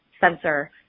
sensor